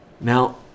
Now